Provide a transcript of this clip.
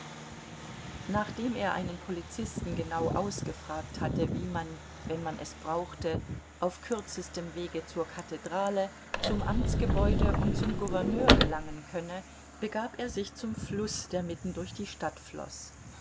nachdem er einen polizisten genau ausgefragt hatte wie man wenn man es brauchte auf kürzestem wege zur kathedrale zum amtsgebäude und zum gouverneur gelangen könne begab er sich zum fluß der mitten durch die stadt floß